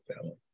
family